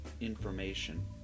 information